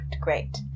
Great